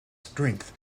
strength